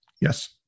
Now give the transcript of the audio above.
Yes